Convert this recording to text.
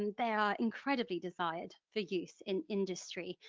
and they are incredibly desired for use in industry.